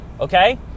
okay